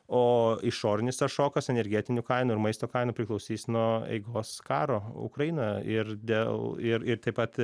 o išorinis tas šokas energetinių kainų ir maisto kainų priklausys nuo eigos karo ukrainoje ir dėl ir ir taip pat